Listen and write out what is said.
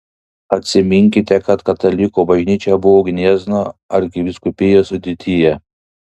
atsiminkite kad katalikų bažnyčia buvo gniezno arkivyskupijos sudėtyje